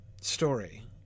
story